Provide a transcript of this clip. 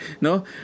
no